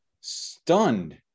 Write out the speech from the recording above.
stunned